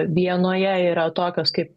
vienoje yra tokios kaip